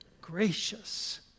gracious